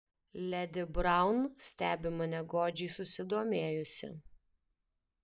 ledi braun stebi mane godžiai susidomėjusi